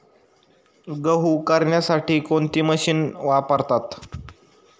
गहू करण्यासाठी कोणती मशीन वापरतात?